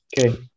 Okay